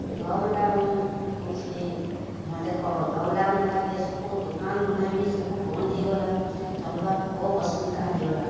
lockdown ହେଉଛେ ହଁ ଦେଖ ଲକ୍ଡ଼ାଉନ୍ ହେଲାକେ ସବୁ ଦୁକାନ୍ ମାନେ ବି ସବୁ ବନ୍ଦ୍ ହେଇଗଲା ଚଲ୍ବାର୍ ଖୋବ୍ ଅସୁବିଧା ହେଇଗଲା